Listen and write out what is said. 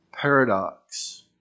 paradox